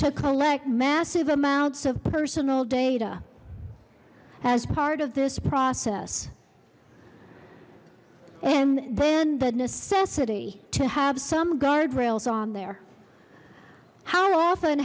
to collect massive amounts of personal data as part of this process and then the necessity to have some guardrails on there how often